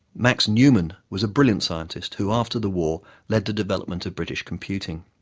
max newman was a brilliant scientist who after the war led the development of british computing.